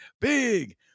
big